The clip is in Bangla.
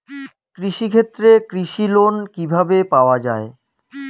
কৃষি ক্ষেত্রে কৃষি লোন কিভাবে পাওয়া য়ায়?